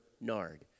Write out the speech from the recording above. Nard